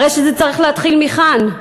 הרי צריך להתחיל מכאן.